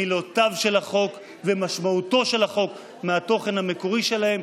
מילותיו של החוק ומשמעותו של החוק מהתוכן המקורי שלהם,